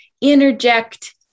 interject